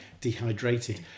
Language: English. Dehydrated